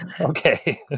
Okay